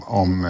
om